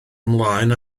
ymlaen